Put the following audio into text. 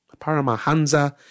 Paramahansa